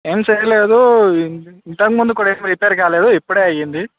ఏమి చేయలేదు ఇంతకుముందు కూడా ఎప్పుడు రిపేర్ కాలేదు ఇప్పుడు అయ్యింది